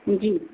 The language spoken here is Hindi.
जी